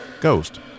ghost